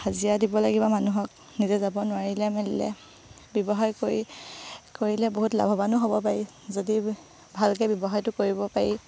হাজিৰা দিব লাগিব মানুহক নিজে যাব নোৱাৰিলে মেলিলে ব্যৱসায় কৰি কৰিলে বহুত লাভৱানো হ'ব পাৰি যদি ভালকৈ ব্যৱসায়টো কৰিব পাৰি